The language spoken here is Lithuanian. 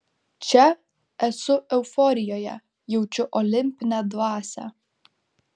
čia esu euforijoje jaučiu olimpinę dvasią